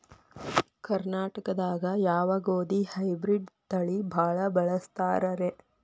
ಕರ್ನಾಟಕದಾಗ ಯಾವ ಗೋಧಿ ಹೈಬ್ರಿಡ್ ತಳಿ ಭಾಳ ಬಳಸ್ತಾರ ರೇ?